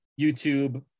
youtube